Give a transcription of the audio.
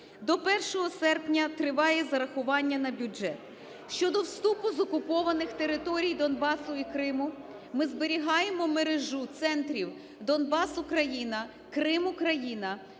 До 1 серпня триває зарахування на бюджет. Щодо вступу з окупованих територій Донбасу і Криму, ми зберігаємо мережу центрів "Донбас-Україна", "Крим-Україна",